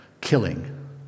killing